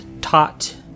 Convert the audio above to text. taught